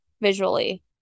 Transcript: visually